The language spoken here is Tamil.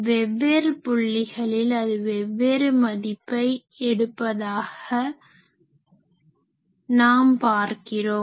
வெவ்வேறு புள்ளிகளில் அது வெவ்வேறு மதிப்பை எடுப்பதாக நாம் பார்க்கிறோம்